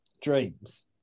dreams